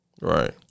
right